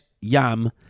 yam